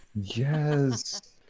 Yes